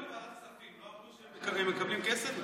בוועדת הכספים לא אמרו שהם מקבלים כסף?